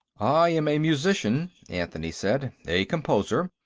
i am a musician, anthony said. a composer.